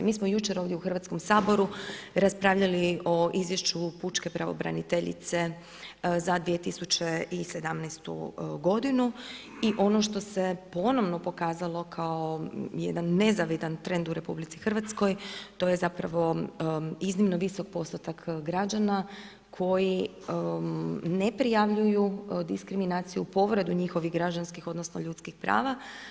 Mi smo jučer ovdje u Hrvatskom saboru raspravljali o izvješću pučke pravobraniteljice za 2017. g. i ono što se ponovno pokazalo kao jedan nezavidan trend u RH, to je zapravo iznimno visok postotak građana koji ne prijavljuju diskriminaciju, povredu njihovih građanskih odnosno ljudskih prava.